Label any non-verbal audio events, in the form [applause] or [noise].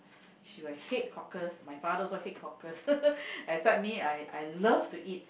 she will hate cockles my father also hate cockles [laughs] except me I I love to eat